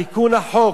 תיקון החוק,